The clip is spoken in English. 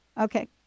Okay